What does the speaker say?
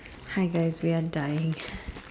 hi guys we are dying